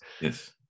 yes